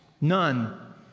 None